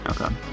Okay